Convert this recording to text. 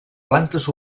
plantes